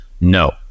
no